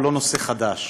הוא לא נושא חדש.